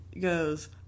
goes